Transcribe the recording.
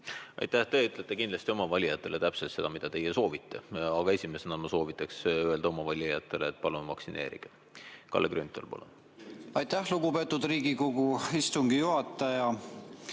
Aitäh! Te ütlete kindlasti oma valijatele täpselt seda, mida teie soovite. Aga esimesena ma soovitaks öelda oma valijatele, et palun vaktsineerida. Kalle Grünthal, palun! Aitäh, lugupeetud Riigikogu istungi juhataja!